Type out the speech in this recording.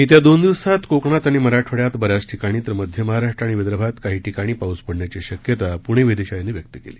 येत्या दोन दिवसात कोकणात आणि मराठवाड्यात ब याच ठिकाणी तर मध्य महाराष्ट्र आणि विदर्भात काही ठिकाणी पाऊस पडण्याची शक्यता पुणे वेधशाळेनं व्यक्त केली